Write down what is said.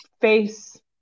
face